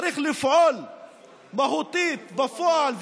צריך לפעול מהותית בפועל,